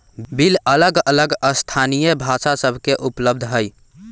bill अलग अलग स्थानीय भाषा सभ में उपलब्ध हइ